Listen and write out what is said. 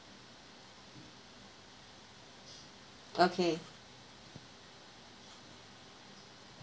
okay